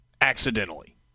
accidentally